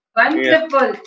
wonderful